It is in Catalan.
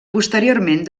posteriorment